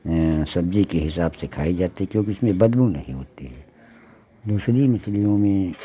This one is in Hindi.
सब्ज़ी के हिसाब से खाई जाती क्योंकि इसमें बदबू नहीं होती है दूसरी मछलियों में